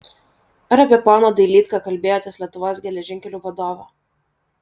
ar apie poną dailydką kalbėjotės lietuvos geležinkelių vadovą